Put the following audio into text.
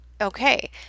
okay